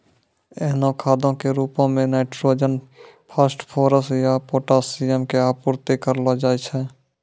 एहनो खादो के रुपो मे नाइट्रोजन, फास्फोरस या पोटाशियम के आपूर्ति करलो जाय छै